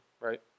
right